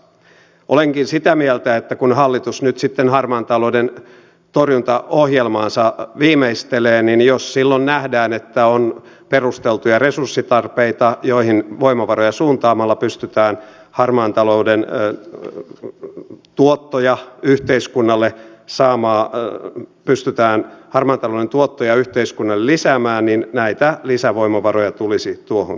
olenkin sitä mieltä että jos nähdään kun hallitus nyt sitten harmaan talouden torjuntaohjelmaansa viimeistelee että on perusteltuja resurssitarpeita joihin voimavaroja suuntaamalla pystytään harmaan talouden ja yritysten tuottoja yhteiskunnalle samaa täällä pystytään varmentamaan tuottoja yhteiskunnalle lisäämään niin näitä lisävoimavaroja tulisi tuohon käyttää